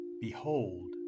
behold